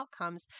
outcomes